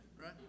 right